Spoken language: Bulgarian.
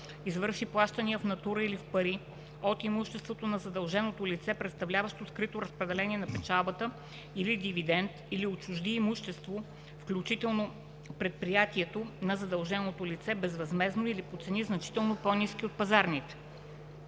извърши плащания в натура или в пари от имуществото на задълженото лице, представляващи скрито разпределение на печалбата или дивидент, или отчужди имущество, включително предприятието, на задълженото лице безвъзмездно или по цени, значително по-ниски от пазарните;